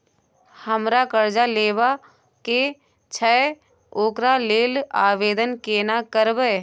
हमरा कर्जा लेबा के छै ओकरा लेल आवेदन केना करबै?